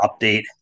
update